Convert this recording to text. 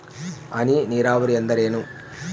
ಹನಿ ನೇರಾವರಿ ಎಂದರೇನು?